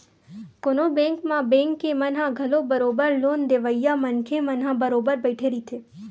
कोनो बेंक म बेंक के मन ह घलो बरोबर लोन देवइया मनखे मन ह बरोबर बइठे रहिथे